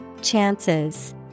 Chances